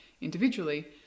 individually